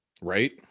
right